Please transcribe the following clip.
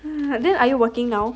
and then are you working now